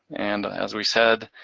and as we said,